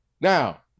Now